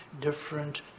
different